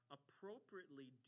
appropriately